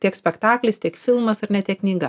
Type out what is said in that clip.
tiek spektaklis tiek filmas ar ne tiek knyga